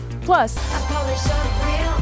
Plus